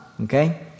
okay